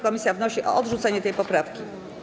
Komisje wnoszą o odrzucenie tej poprawki.